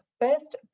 first